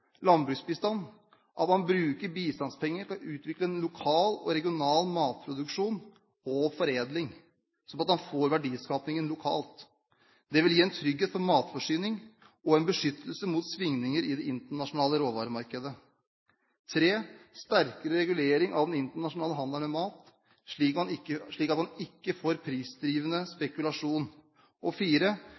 landbruksbistand, at man bruker bistandspenger til å utvikle en lokal og regional matproduksjon og foredling, slik at man får verdiskapingen lokalt – det vil gi en trygghet for matforsyningen og være en beskyttelse mot svingninger i det internasjonale råvaremarkedet sterkere regulering av den internasjonale handelen med mat, slik at man ikke får prisdrivende spekulasjon bygge opp regionale og